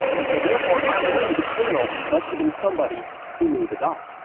and so therefore i knew the criminal must've been somebody who knew the dog.